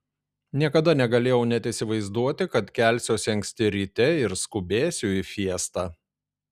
niekada negalėjau net įsivaizduoti kad kelsiuosi anksti ryte ir skubėsiu į fiestą